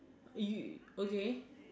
you you okay